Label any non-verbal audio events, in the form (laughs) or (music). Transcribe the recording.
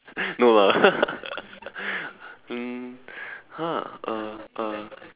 no lah (laughs) um !huh! uh uh